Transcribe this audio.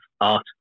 art